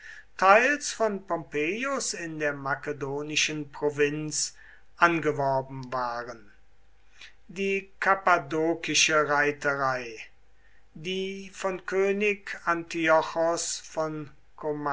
teils von pompeius in der makedonischen provinz angeworben waren die kappadokische reiterei die von könig antiochos von